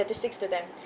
statistics to them